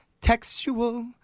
textual